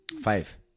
Five